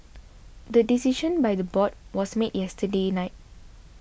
the decision by the board was made yesterday night